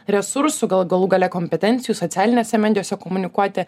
resursų gal galų gale kompetencijų socialinėse medijose komunikuoti